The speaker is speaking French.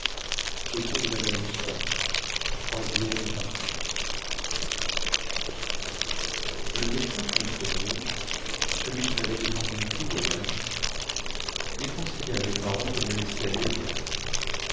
le médecin qui me soignait celui qui m'avait défendu tout voyage déconseilla à mes parents de me laisser aller au théâtre